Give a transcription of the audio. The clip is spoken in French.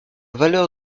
valeur